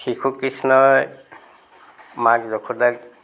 শিশু কৃষ্ণই মাক যশোদাক